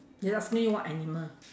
they ask me what animal